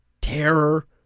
terror